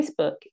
Facebook